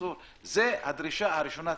זו צריכה להיות הדרישה הראשונה.